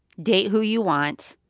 date who you want.